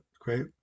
Great